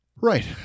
Right